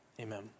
amen